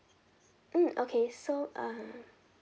mm okay so uh